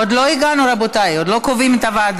עוד לא הגענו, רבותיי, עוד לא קובעים את הוועדה.